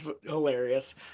hilarious